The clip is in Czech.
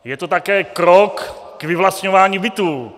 Je to také krok k vyvlastňování bytů.